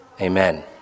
Amen